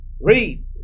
Read